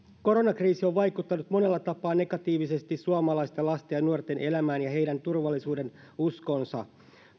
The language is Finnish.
koronakriisi on vaikuttanut monella tapaa negatiivisesti suomalaisten lasten ja nuorten elämään ja heidän turvallisuudenuskoonsa